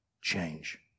change